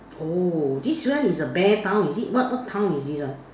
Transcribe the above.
oh this one is a bear town is it what what town is this ah